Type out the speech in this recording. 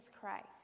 Christ